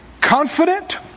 confident